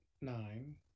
nine